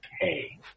pay